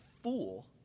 fool